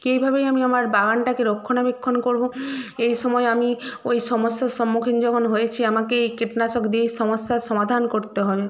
কি এইভাবেই আমি আমার বাগানটাকে রক্ষণাবেক্ষণ করব এই সময় আমি ওই সমস্যার সম্মুখীন যখন হয়েছি আমাকে এই কীটনাশক দিয়েই সমস্যার সমাধান করতে হবে